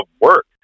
work